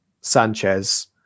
Sanchez